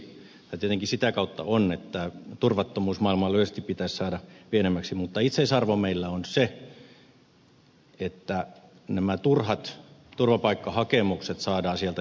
tietenkin sitä kautta on että turvattomuus maailmalla yleisesti pitäisi saada pienemmäksi mutta itseisarvo meillä on se että nämä turhat turvapaikkahakemukset saadaan sieltä jonoista pois